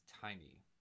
tiny